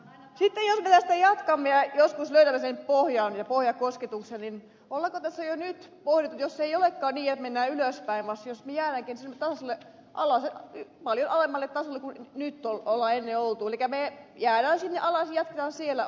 sitten jos me tästä jatkamme ja joskus löydämme sen pohjan ja pohjakosketuksen niin onko tässä jo nyt pohdittu jos ei olekaan niin että mennään ylöspäin vaan jos me jäämmekin sille tasolle paljon alemmalle tasolle kuin missä nyt olemme olleet elikkä me jäämme sinne alas ja jatkamme siellä